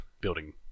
building